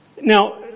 Now